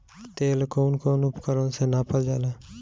तेल कउन कउन उपकरण से नापल जाला?